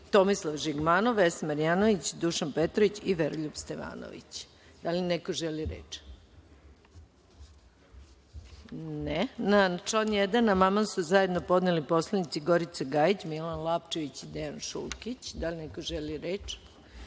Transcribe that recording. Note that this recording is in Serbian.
Tomislav Žigmanov, Vesna Marjanović, Dušan Petrović i Veroljub Stevanović. Da li neko želi reč? (Ne.)Na član 1. amandman su zajedno podneli narodni poslanici Gorica Gajić, Milan Lapčević i Dejan Šulkić. Da li neko želi reč?